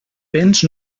béns